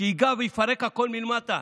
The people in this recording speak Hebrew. שייגע ויפרק הכול מלמטה.